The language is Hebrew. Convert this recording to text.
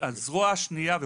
הזרוע השנייה זה,